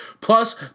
Plus